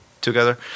together